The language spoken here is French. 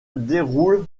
déroulent